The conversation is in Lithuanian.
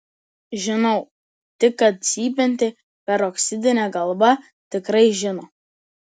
žinau tik kad cypianti peroksidinė galva tikrai žino